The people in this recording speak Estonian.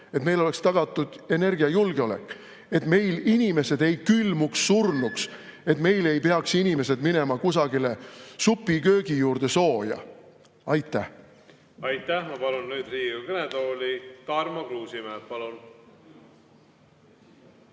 et meil oleks tagatud energiajulgeolek, et meil inimesed ei külmuks surnuks ja et meil ei peaks inimesed minema kusagile supiköögi juurde sooja. Aitäh! Aitäh! Ma palun nüüd Riigikogu kõnetooli Tarmo Kruusimäe, palun!